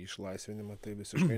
išlaisvinimą tai visiškai